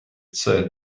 said